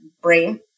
brain